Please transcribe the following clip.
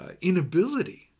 inability